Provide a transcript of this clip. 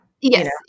Yes